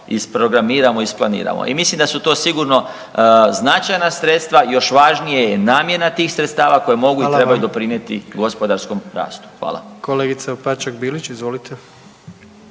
isprogramiramo i isplaniramo. I mislim da su to sigurno značajna sredstva, još važnije je namjena tih sredstava koje…/Upadica: Hvala./… mogu i trebaju doprinijeti gospodarskom rastu. Hvala. **Jandroković, Gordan